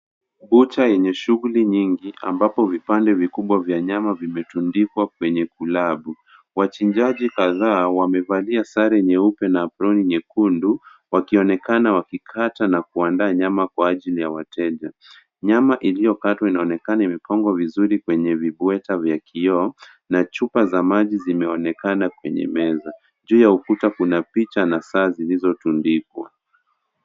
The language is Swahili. Bucha yenye shughuli nyingi ambapo vipande vikubwa vya nyama vimetundikwa kwenye kulabu ,wachinjaji kadhaa wamevalia sare nyeupe na aproni nyekundu wakionekana wakikata na kuandaa nyama kwa ajili ya wateja, nyama iliyokatwa inaonekana imepangwa vizuri kwenye vibweta vya kioo na chupa za maji zimeonekana kwenye meza juu ya ukuta kuna picha na saa zilizotundikwa.